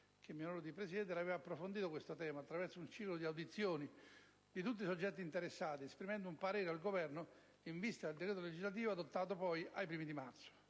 che mi onoro di presiedere, aveva approfondito questo tema attraverso un ciclo di audizioni di tutti i soggetti interessati, esprimendo un parere al Governo in vista del decreto legislativo adottato poi ai primi di marzo.